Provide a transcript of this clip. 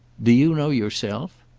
do you know yourself?